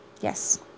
Yes